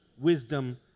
wisdom